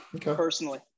personally